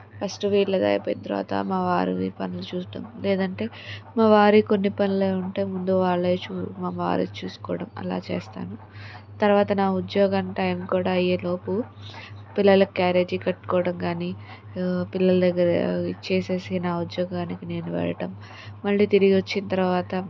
first వీళ్లది అయిపోయిన తర్వాత మా వారు పనులు చూస్తాం లేదంటే మా వారి కొన్ని పనులే ఉంటే ముందు వాళ్ళే వారే చూసుకోవడం అలా చేస్తాను తర్వాత నా ఉద్యోగం టైం కూడా అయ్యేలోపు పిల్లల క్యారేజీ కట్టుకోవడం గానీ పిల్లల దగ్గర చేసేసి నా ఉద్యోగానికి నేను వెళ్లటం మళ్లీ తిరిగి వచ్చిన తర్వాత